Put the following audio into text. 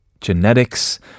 genetics